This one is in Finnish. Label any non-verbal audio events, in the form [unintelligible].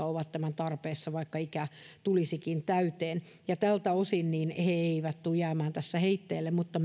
[unintelligible] ovat tämän tarpeessa vaikka ikä tulisikin täyteen ja tältä osin he eivät tule jäämään tässä heitteille mutta [unintelligible]